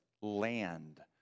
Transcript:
land